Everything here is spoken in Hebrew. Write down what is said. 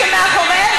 כשמאחוריהם,